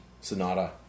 Sonata